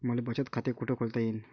मले बचत खाते कुठ खोलता येईन?